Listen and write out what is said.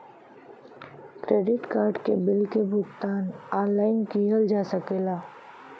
credit card के bill क भुगतान ऑनलाइन किहल जा सकला